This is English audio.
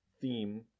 theme